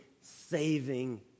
saving